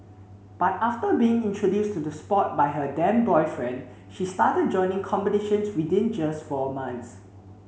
but after being introduced to the sport by her then boyfriend she started joining competitions within just four months